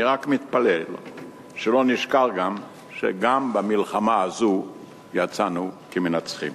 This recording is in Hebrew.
אני רק מתפלל שלא נשכח שגם במלחמה הזאת יצאנו כמנצחים.